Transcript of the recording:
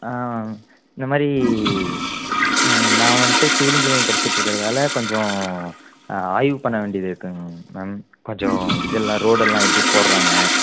இந்த மாதிரி நான் வந்துட்டு சிவில் இன்ஜினியரிங் படிச்சிட்ருக்கிறதால் கொஞ்சம் ஆய்வு பண்ண வேண்டியது இருக்குங்க மேம் கொஞ்சம் இதெல்லாம் ரோடெல்லாம் எப்படி போடுறாங்க